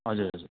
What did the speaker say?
हजुर हजुर